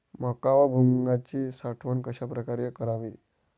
मका व भुईमूगाची साठवण कशाप्रकारे करावी?